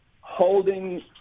holding